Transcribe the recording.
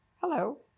Hello